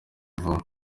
vuba